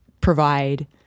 provide